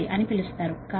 0075 అని పిలుస్తారు